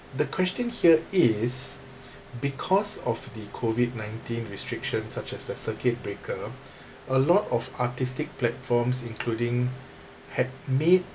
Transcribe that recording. the question here is because of the COVID nineteen restrictions such as the circuit breaker a lot of artistic platforms including had made